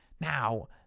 Now